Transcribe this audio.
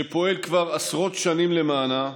שפועל כבר עשרות שנים למענה,